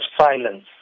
silence